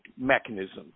mechanism